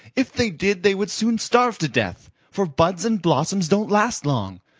if they did they would soon starve to death, for buds and blossoms don't last long.